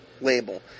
label